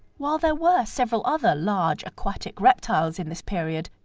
while there were several other large aquatic reptiles in this period,